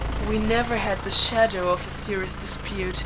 we never had the shadow of a serious dispute